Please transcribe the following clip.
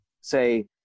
say